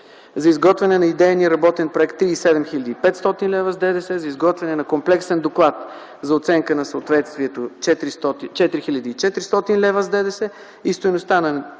за изготвяне на идейния работен проект – 37 хил. 500 лв. с ДДС, за изготвяне на комплексен доклад за оценка на съответствието – 4 хил. 400 лв. с ДДС и стойността на